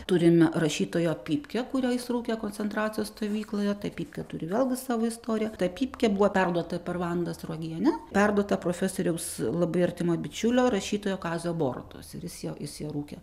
turime rašytojo pypkę kurią jis rūkė koncentracijos stovykloje ta pypkė turi vėlgi savo istoriją ta pypkė buvo perduota per vanda sruogienė perduotą profesoriaus labai artimo bičiulio rašytojo kazio borutos ir is ją is ją rūkė